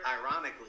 ironically